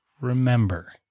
remember